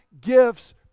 gifts